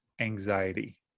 anxiety